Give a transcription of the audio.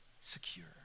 secure